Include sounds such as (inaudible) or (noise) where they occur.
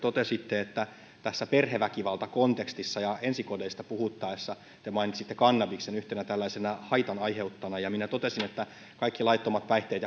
tässä perheväkivaltakontekstissa ja ensikodeista puhuttaessa mainitsitte kannabiksen yhtenä haitan aiheuttajana ja totesin että kaikki laittomat päihteet (unintelligible)